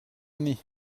denis